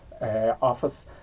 office